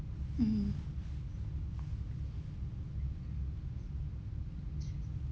mmhmm